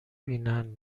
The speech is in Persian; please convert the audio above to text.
بینن